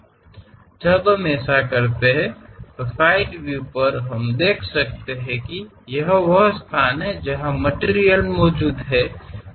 ನಾವು ಅದನ್ನು ಮಾಡಿದಾಗ ಪಕ್ಕದ ನೋಟದಲ್ಲಿ ವಸ್ತು ಇರುವ ಸ್ಥಳ ಇದಾಗಿದೆ ಎಂದು ನಾವು ನೋಡಬಹುದು